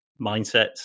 mindsets